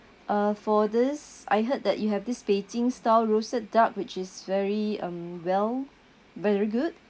uh for this I heard that you have this beijing style roasted duck which is very um well very good